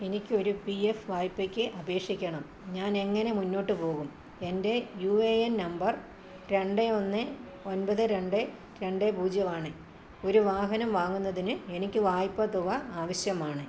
എനിക്കൊരു P F വായ്പയ്ക്ക് അപേക്ഷിക്കണം ഞാൻ എങ്ങനെ മുന്നോട്ടു പോകും എൻ്റെ യു എ എൻ നമ്പർ രണ്ട് ഒന്ന് ഒൻപത് രണ്ട് രണ്ട് പൂജ്യം ആണ് ഒരു വാഹനം വാങ്ങുന്നതിന് എനിക്ക് വായ്പ തുക ആവശ്യമാണ്